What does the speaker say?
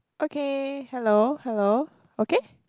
okay hello hello okay